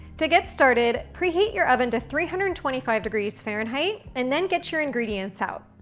to get started, preheat your oven to three hundred and twenty five degrees fahrenheit, and then get your ingredients out.